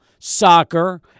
Soccer